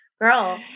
girl